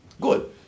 Good